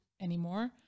anymore